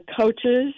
coaches